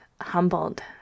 humbled